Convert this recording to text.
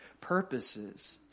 purposes